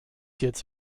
jetzt